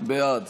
בעד